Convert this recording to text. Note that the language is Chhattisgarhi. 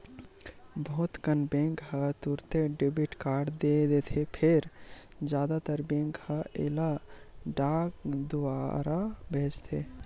बहुत कन बेंक ह तुरते डेबिट कारड दे देथे फेर जादातर बेंक ह एला डाक दुवार भेजथे